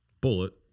bullet